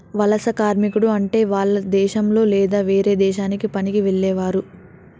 వలస కార్మికుడు అంటే వాల్ల దేశంలొ లేదా వేరే దేశానికి పనికి వెళ్లేవారు